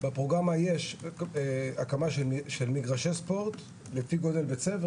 בפרוגרמה יש הקמה של מגרשי ספורט לפי גודל בית-ספר,